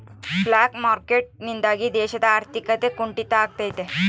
block market ನಿಂದಾಗಿ ದೇಶದ ಆರ್ಥಿಕತೆ ಕುಂಟಿತ ಆಗ್ತೈತೆ